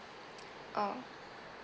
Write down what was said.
oh